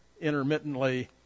intermittently